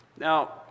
Now